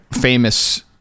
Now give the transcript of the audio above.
famous